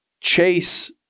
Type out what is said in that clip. Chase